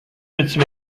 petit